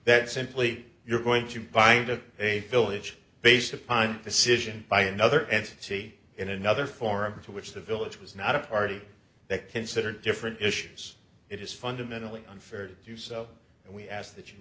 that simply you're going to bind to a village based upon the sedition by another entity in another forum for which the village was not a party that considered different issues it is fundamentally unfair to do so and we ask that you